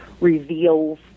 Reveals